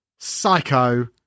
Psycho